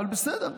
בסדר.